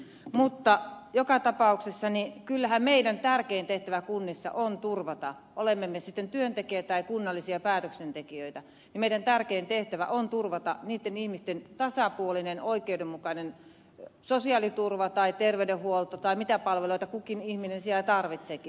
mutta joka tapauksessa kyllähän meidän tärkein tehtävämme kunnissa on turvata olemme me sitten työntekijöitä tai kunnallisia päätöksentekijöitä meidän tärkein tehtävä on turvata niitten ihmisten tasapuolinen oikeudenmukainen sosiaaliturva tai terveydenhuolto tai mitä palveluita kukin ihminen siellä tarvitseekin